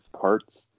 parts